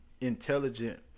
intelligent